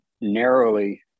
narrowly